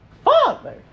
Father